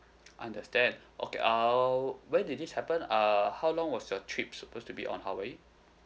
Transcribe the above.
understand okay um when did this happen err how long was your trip supposed to be on hawaii